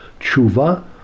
Tshuva